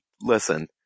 Listen